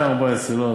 לא,